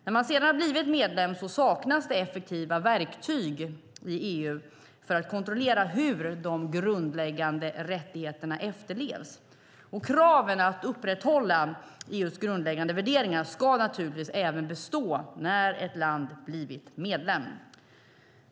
När man sedan blivit medlem saknas det effektiva verktyg i EU för att kontrollera hur de grundläggande rättigheterna efterlevs. Kraven att upprätthålla EU:s grundläggande värderingar ska naturligtvis bestå även när ett land blivit medlem.